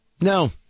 No